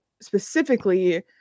specifically